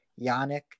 Yannick